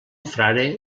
frare